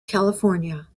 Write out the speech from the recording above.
california